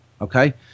Okay